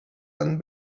one